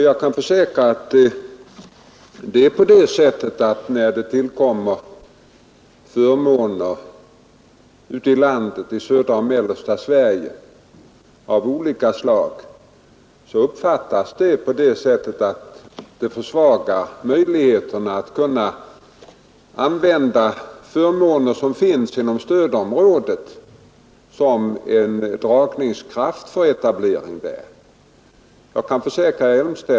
Jag kan försäkra att när det tillkommer förmåner av olika slag i södra och mellersta Sverige så uppfattas det som en försvagning av möjligheterna att använda förmåner som finns inom stödområdet såsom en dragningskraft för etablering där.